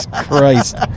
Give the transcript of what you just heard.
Christ